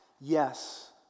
Yes